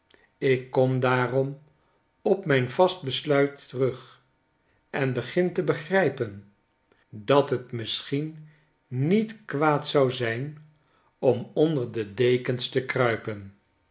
ik kom daarom op mijn vast besluit terug en begin te begrijpen dat het misschien niet kwaad zou zijn om onder de dekens te kruipen